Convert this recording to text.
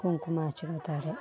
ಕುಂಕುಮ ಹಚ್ಗೋಳ್ತಾರೆ